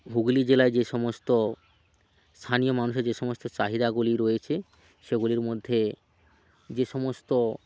হুগলি জেলায় যে সমস্ত স্থানীয় মানুষের যে সমস্ত চাহিদাগুলি রয়েছে সেগুলির মধ্যে যে সমস্ত